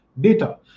data